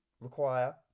require